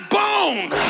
bone